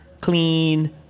clean-